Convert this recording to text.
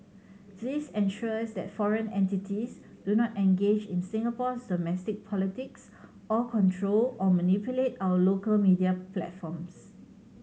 this ensures that foreign entities do not engage in Singapore's domestic politics or control or manipulate our local media platforms